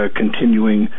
continuing